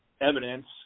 evidence